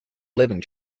living